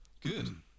good